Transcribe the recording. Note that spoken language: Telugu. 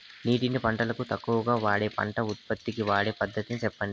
నీటిని పంటలకు తక్కువగా వాడే పంట ఉత్పత్తికి వాడే పద్ధతిని సెప్పండి?